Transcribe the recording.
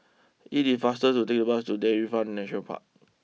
it is faster to take the bus to Dairy Farm Nature Park